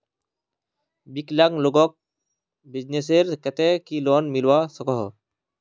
विकलांग लोगोक बिजनेसर केते की लोन मिलवा सकोहो?